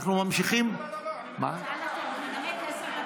אנחנו ממשיכים, לא לא לא לא.